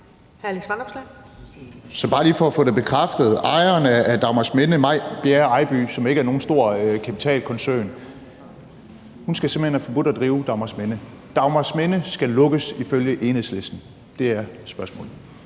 Så bare lige for at få det bekræftet: Ejeren af Dagmarsminde, May Bjerre Eiby, som ikke er nogen stor kapitalkoncern, skal simpelt hen forbydes at drive Dagmarsminde. Skal Dagmarsminde lukkes ifølge Enhedslisten? Det er spørgsmålet.